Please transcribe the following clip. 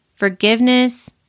forgiveness